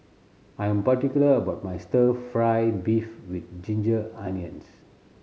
I am particular about my Stir Fry beef with ginger onions